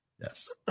Yes